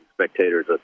spectators